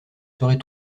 serez